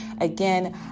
Again